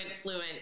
fluent